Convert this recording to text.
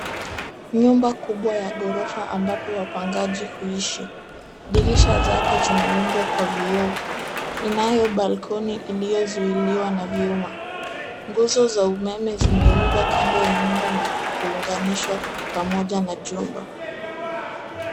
Nyumba kubwa ya ghorofa ambapo wapangaji huishi. Dirisha zake zimeundwa kwa vioo. Inayo balcony iliyozuiliwa na vyuma. Nguzo za umeme zimeundwa kando ya nyumba na kuunganishwa pamoja na jumba.